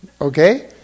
Okay